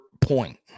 point